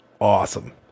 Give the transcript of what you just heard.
awesome